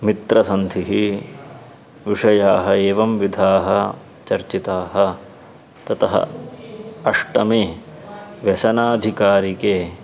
मित्रसन्धिः विषयाः एवं विधाः चर्चिताः ततः अष्टमे व्यसनाधिकारिके